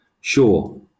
Sure